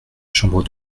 chambre